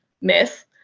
myth